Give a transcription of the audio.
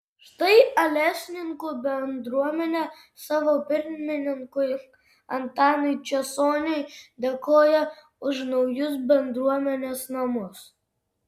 štai alesninkų bendruomenė savo pirmininkui antanui česoniui dėkoja už naujus bendruomenės namus